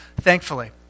thankfully